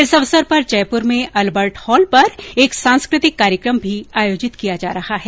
इस अवसर पर जयपुर में अल्बर्ट हॉल पर एक सांस्कृतिक कार्यक्रम भी आयोजित किया जा रहा है